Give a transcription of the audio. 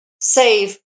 save